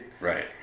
right